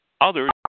Others